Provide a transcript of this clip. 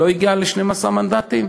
לא הגיעו ל-12 מנדטים?